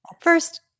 first